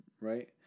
right